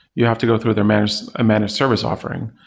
you have to go through their manage a managed service offering.